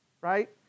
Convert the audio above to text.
right